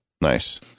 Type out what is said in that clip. Nice